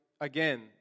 again